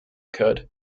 could